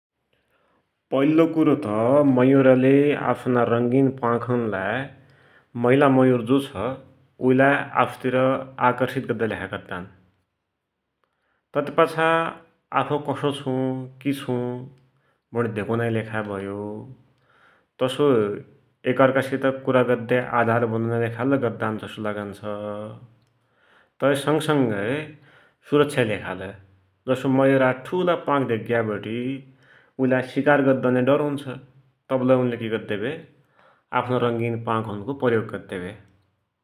पैल्लो कुरो त मयुरले आफ्ना रङ्गीन प्वाखुन्लाई महिला मयुर जु छ उइलाई आफ़्तिर आकर्षित गद्दाकी लेखा गद्दान । तति पछा आफू कसो छु कि छु भुँणी धुकुनाकी भयो, तसोई एक अर्खासित कुरा गद्द्या आधार बनुनाकी लेखा लै गद्दान जसो लागुन्छ, तै संगसंगै सुरक्षाकी लेखा लै, जसो मयुरका ठुला प्वाख धिकिग्याबटि उइलाइ शिकार गद्दु औन्या डरुञ्छ, तबलै उनले कि गद्द्या भ्या आफ्नो रङ्गीन प्वाँखुनको प्रयोग गद्द्या भ्या ।